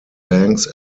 banks